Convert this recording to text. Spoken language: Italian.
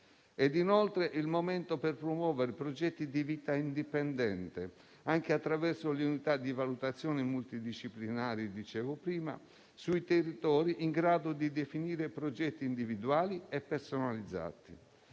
È inoltre il momento per promuovere progetti di vita indipendente anche attraverso le unità di valutazione multidisciplinari, come dicevo prima, sui territori in grado di definire progetti individuali e personalizzati.